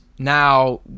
Now